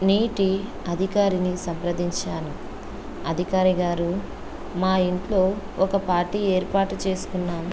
నీటి అధికారిని సంప్రదించాను అధికారి గారు మా ఇంట్లో ఒక పార్టీ ఏర్పాటు చేసుకున్నాను